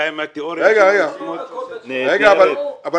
אני